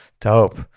Dope